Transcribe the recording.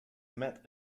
met